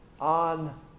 on